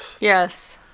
Yes